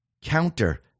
counter